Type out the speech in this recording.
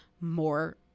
more